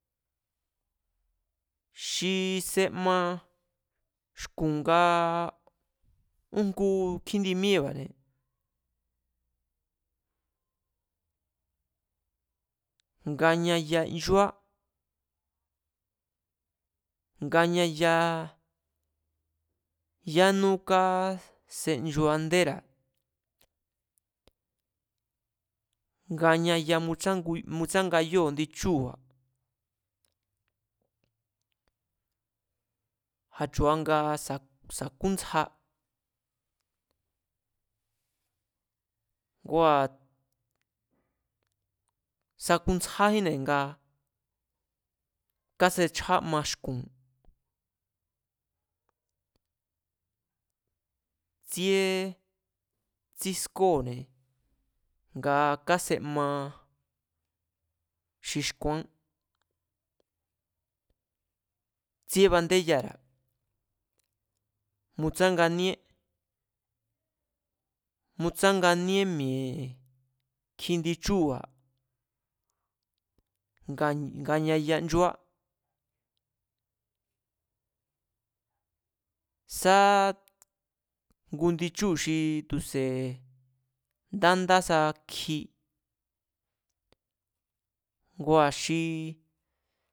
Xi sema xku̱n nga újngu kjíndi míée̱ba̱ne̱, ngañaya nchúá, ngañaya yánú kásenchuandéra̱, ngañaya mutsángu mutsángayúu̱ indi chúu̱ba̱, a̱chu̱a nga sa̱kúntsja, ngua̱ tsakuntsjájínne̱ ngaa̱ kásechjama xku̱, tsi̱e̱ tsískóo̱ne̱ nga káma xi xkuaán, tsíé bandéyara̱, mutsanganíé, mutsánganíé mi̱e̱ kjindi chúu̱ba̱ ngañaya nchúá, sá ngu indi chúu̱ xi tu̱se̱ ndá ndá sa kji, ngua̱ xi